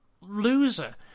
loser